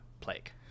plague